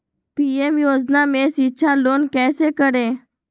PM योजना में शिक्षा लोन कैसे करें?